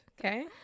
Okay